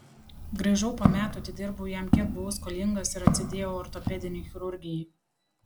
grįžau po metų atidirbau jam kiek buvau skolingas ir atsidėjau ortopedinei chirurgijai